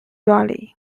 raleigh